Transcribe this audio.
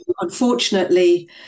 unfortunately